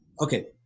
okay